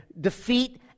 defeat